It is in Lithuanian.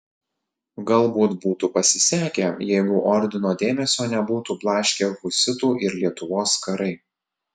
galbūt būtų pasisekę jeigu ordino dėmesio nebūtų blaškę husitų ir lietuvos karai